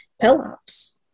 Pelops